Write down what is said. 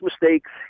mistakes